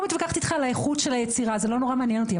מתווכחת איתך על האיכות של היצירה זה לא נורא מעניין אותי,